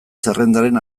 zerrendaren